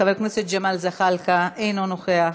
חבר הכנסת ג'מאל זחאלקה, אינו נוכח.